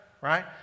Right